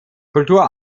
kultur